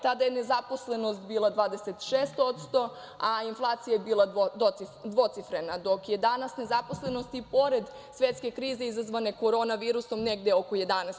Tada je nezaposlenost bila 26%, a inflacija je bila dvocifrena, dok je danas nezaposlenost, i pored svetske krize izazvane korona virusom, negde oko 11%